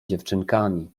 dziewczynkami